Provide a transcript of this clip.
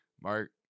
Mark